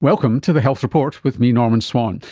welcome to the health report with me, norman swan.